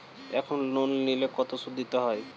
এখন লোন নিলে কত সুদ দিতে হয়?